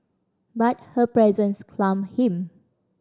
but her presence calmed him